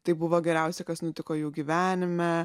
tai buvo geriausia kas nutiko jų gyvenime